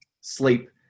sleep